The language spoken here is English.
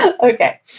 Okay